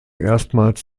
erstmals